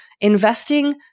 investing